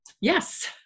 Yes